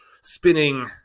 spinning